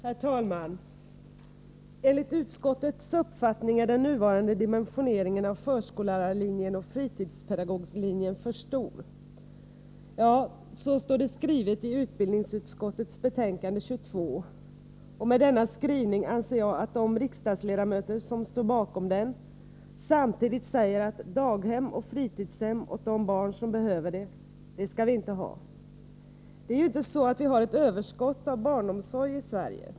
Herr talman! ”Enligt utskottets uppfattning är den nuvarande dimensioneringen av förskollärarlinjen och fritidspedagoglinjen för stor.” Ja, så står det i utbildningsutskottets betänkande 22, och med denna skrivning anser jag att de riksdagsledamöter som står bakom den samtidigt säger att vi inte skall ha daghem och fritidshem åt de barn som behöver en plats. Det är ju inte så, att vi har ett överskott av barnomsorg i Sverige.